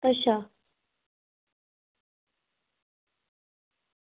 अच्छा